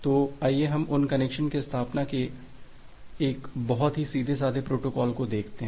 तो आइए हम कनेक्शन की स्थापना के एक बहुत ही सीधे साधे प्रोटोकॉल को देखते हैं